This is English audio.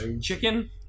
Chicken